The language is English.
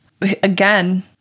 again